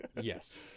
yes